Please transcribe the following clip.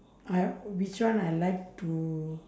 I which one I like to